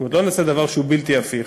כלומר לא נעשה דבר שהוא בלתי הפיך,